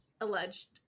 alleged